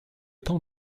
temps